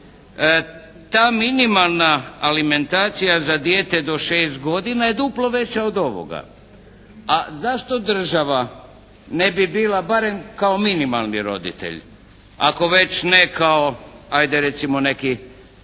Ta minimalna alimentacija za dijete do šest godina je duplo veća od ovoga, a zašto država ne bi bila barem kao minimalni roditelj ako ne već kao ajde recimo neki